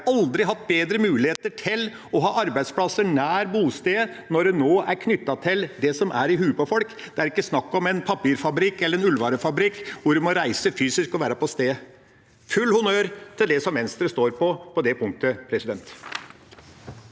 aldri hatt bedre mulighet til å ha arbeidsplasser nær bostedet når det nå er knyttet til det som folk har i hodet. Det er ikke snakk om en papirfabrikk eller en ullvarefabrikk hvor en må reise fysisk og være på stedet – full honnør til det som Venstre står på, på det punktet. Presidenten